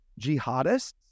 jihadists